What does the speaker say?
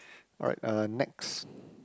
alright uh next